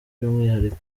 by’umwihariko